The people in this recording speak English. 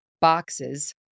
boxes